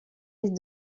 liste